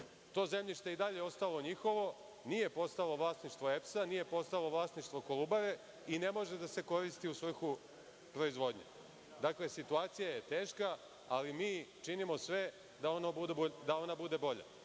To zemljište je i dalje ostalo njihovo, nije postalo vlasništvo EPS-a, nije postalo vlasništvo „Kolubare“ i ne može da se koristi u svrhu proizvodnje. Dakle, situacija je teška, ali mi činimo sve da ona bude bolja.